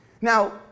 Now